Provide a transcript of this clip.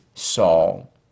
Saul